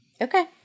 okay